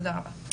תודה רבה.